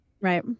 Right